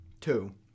Two